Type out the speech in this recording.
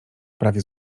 prawie